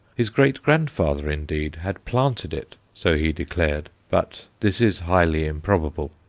his great-grandfather, indeed, had planted it, so he declared, but this is highly improbable.